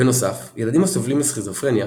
בנוסף, ילדים הסובלים מסכיזופרניה,